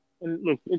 Look